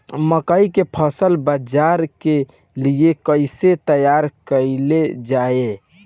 मकई के फसल बाजार के लिए कइसे तैयार कईले जाए?